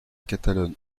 catalogne